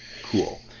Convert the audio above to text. cool